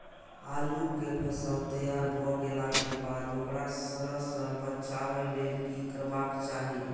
आलू केय फसल तैयार भ गेला के बाद ओकरा सड़य सं बचावय लेल की करबाक चाहि?